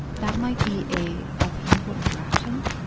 that might be a, a painful interaction,